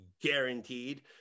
Guaranteed